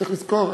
צריך לזכור,